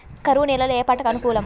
కరువు నేలలో ఏ పంటకు అనుకూలం?